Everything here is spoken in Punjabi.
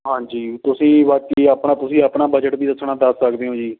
ਹਾਂਜੀ ਤੁਸੀਂ ਬਾਕੀ ਆਪਣਾ ਤੁਸੀਂ ਆਪਣਾ ਬਜਟ ਵੀ ਦੱਸਣਾ ਦੱਸ ਸਕਦੇ ਹੋ ਜੀ